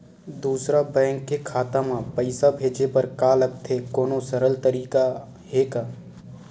दूसरा बैंक के खाता मा पईसा भेजे बर का लगथे कोनो सरल तरीका हे का?